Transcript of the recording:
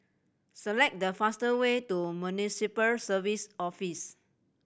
select the faster way to Municipal Services Office